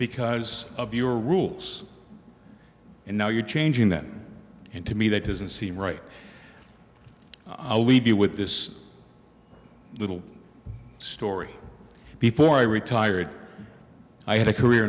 because of your rules and now you're changing that and to me that doesn't seem right i'll leave you with this little story before i retired i have a career